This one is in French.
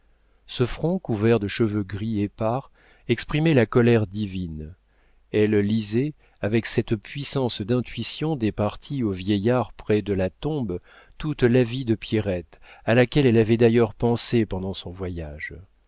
ce front couvert de cheveux gris épars exprimait la colère divine elle lisait avec cette puissance d'intuition départie aux vieillards près de la tombe toute la vie de pierrette à laquelle elle avait d'ailleurs pensé pendant son voyage